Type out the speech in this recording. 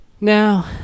Now